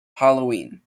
halloween